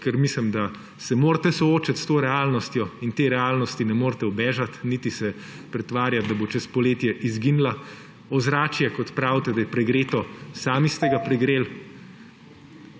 ker mislim, da se morate soočiti s to realnostjo, in tej realnosti ne morete ubežati niti se pretvarjati, da bo čez poletje izginila. Ozračje, pravite, da je pregreto – sami ste ga pregreli